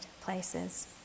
places